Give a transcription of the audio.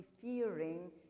fearing